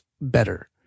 better